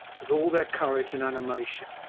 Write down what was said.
with all their courage and animation.